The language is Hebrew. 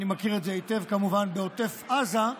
אני מכיר את זה היטב כמובן מעוטף עזה,